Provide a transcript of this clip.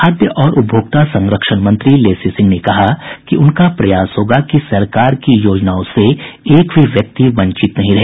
खाद्य और उपभोक्ता संरक्षण मंत्री लेसी सिंह ने कहा कि उनका प्रयास होगा कि सरकार की योजनाओं से एक भी व्यक्ति वंचित नहीं रहे